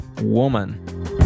Woman